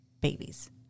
babies